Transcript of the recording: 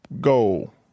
goal